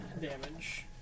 damage